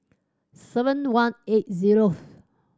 seven one eight zeroth